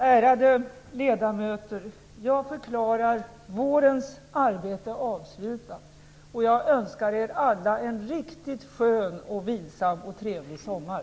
Ärade ledamöter! Jag förklarar vårens arbete avslutat och önskar er alla en riktigt skön, vilsam och trevlig sommar.